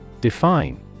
Define